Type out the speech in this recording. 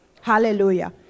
Hallelujah